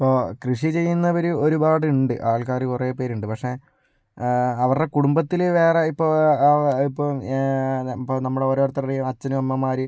ഇപ്പോൾ കൃഷി ചെയ്യുന്നവര് ഒരുപാടുണ്ട് ആൾക്കാർ കുറേ പേരുണ്ട് പക്ഷേ അവരുടെ കുടുംബത്തില് വേറെ ഇപ്പോൾ ഇപ്പോൾ ഇപ്പോൾ നമ്മുടെ ഓരോരുത്തരുടെയും അച്ഛനും അമ്മമാര്